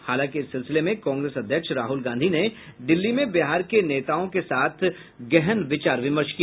हालांकि इस सिलसिले में कांग्रेस अध्यक्ष राहुल गांधी ने दिल्ली में बिहार के नेताओं के साथ गहन विचार विमर्श किया